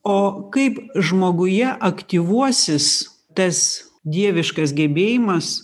o kaip žmoguje aktyvuosis tas dieviškas gebėjimas